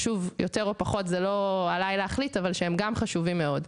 לא עליי מוטל להחליט מה חשוב יותר ומה חשוב פחות.